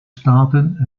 staten